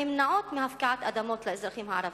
הנמנעות מהפקעת אדמות לאזרחים הערבים.